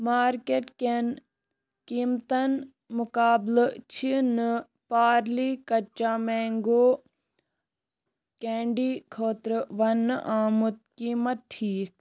market کٮ۪ن قیٖمتن مُقابلہٕ چھِنہٕ پارلے کچا مینٛگو کینٛڈی خٲطرٕ وننہٕ آمُت قیمَت ٹھیٖک